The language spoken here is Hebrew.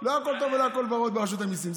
לא הכול טוב ולא הכול ורוד ברשות המיסים.